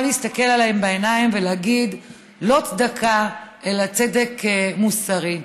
להסתכל עליהם בעיניים ולהגיד: לא צדקה אלא צדק מוסרי.